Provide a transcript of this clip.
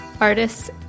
artists